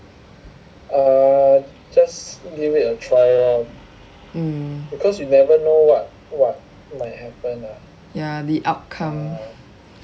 mm ya the outcome